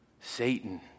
Satan